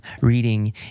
reading